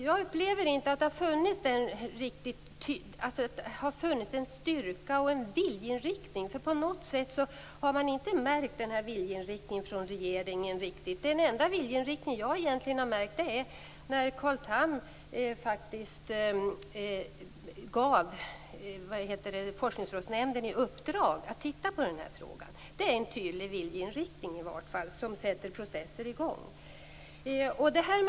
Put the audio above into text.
Jag upplever inte att det har funnits en styrka och viljeinriktning. Någon viljeinriktning från regeringens sida har inte märkts. Den enda viljeinriktning jag har märkt var när Carl Tham gav Forskningsrådsnämnden i uppdrag att se över frågan. Det är en tydlig viljeinriktning som sätter i gång processer.